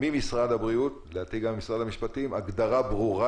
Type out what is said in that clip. לקבל ממשרד הבריאות ולדעתי גם ממשרד המשפטים הגדרה ברורה